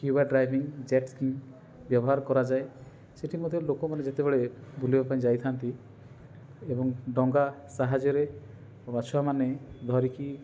scuba diving jet skiing ବ୍ୟବହାର କରାଯାଏ ସେଇଠି ମଧ୍ୟ ଲୋକମାନେ ଯେତେବେଳେ ବୁଲିବା ପାଇଁ ଯାଇଥାନ୍ତି ଏବଂ ଡଙ୍ଗା ସାହାଯ୍ୟରେ ଗଛୁଆମାନେ ଧରିକି